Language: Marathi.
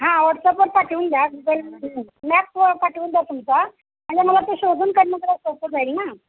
हां वॉट्सअपवर पाठवून द्या गुगल मॅपवर पाठवून द्या तुमचा आणि मला ते शोधून काढणं जरा सोपं जाईल ना